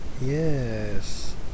yes